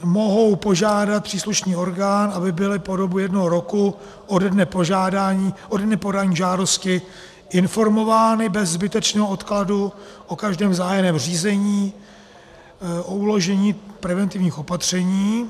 Mohou požádat příslušný orgán, aby byly po dobu jednoho roku ode dne podání žádosti informovány bez zbytečného odkladu o každém zahájeném řízení, o uložení preventivních opatření.